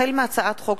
החל בהצעת חוק